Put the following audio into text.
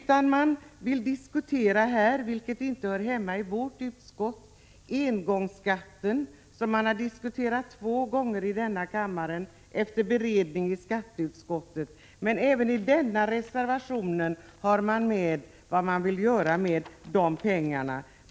Man vill i stället diskutera en fråga som inte hör hemma i vårt utskott, nämligen engångsskatten, som man har diskuterat två gånger i denna kammare efter beredning av skatteutskottet. Men även i denna reservation har man med vad man vill göra med de pengarna.